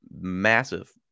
massive